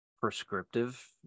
prescriptive